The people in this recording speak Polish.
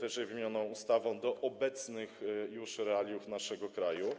wyżej wymienioną ustawą do obecnych realiów naszego kraju.